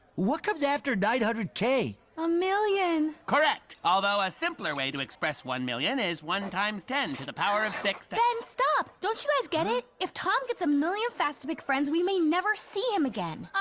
what comes after nine hundred k? a million. correct. although a simpler way to express one million is one times ten to the power of six ben, stop! don't you guys get it? if tom gets a million fastapic friends we may never see him again!